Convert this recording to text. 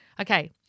Okay